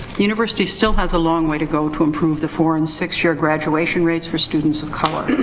university still has a long way to go to improve the four and six year graduation rates for students of color.